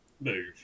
move